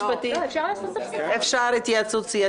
אפשר לעשות הפסקה לצורך התייעצות סיעתית.